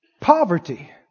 Poverty